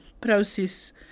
process